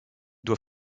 doit